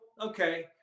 okay